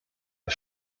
the